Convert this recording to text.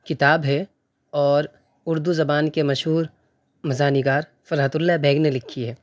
کتاب ہے اور اردو زبان کے مشہور مزاح نگار فرحت اللہ بیگ نے لکھی ہے